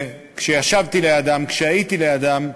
כשישבתי לידם, כשהייתי לידם,